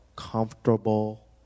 comfortable